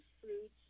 fruits